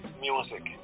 music